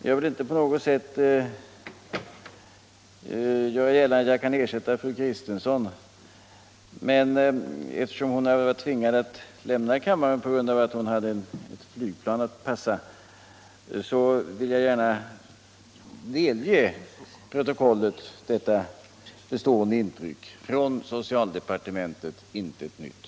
Jag vill inte på något sätt göra gällande att jag kan ersätta fru Kristensson, som har varit tvingad att lämna kammaren på grund av att hon hade ett flygplan att passa, men jag vill gärna delge protokollet detta bestående intryck: Från socialdepartementet intet nytt.